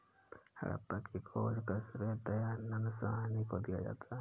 हड़प्पा की खोज का श्रेय दयानन्द साहनी को दिया जाता है